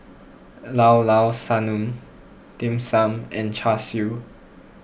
Llao Llao Sanum Dim Sum and Char Siu